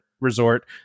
resort